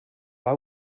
why